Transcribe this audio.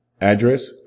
address